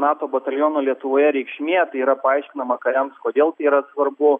nato bataliono lietuvoje reikšmė tai yra paaiškinama kariams kodėl tai yra svarbu